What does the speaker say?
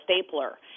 stapler